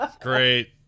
Great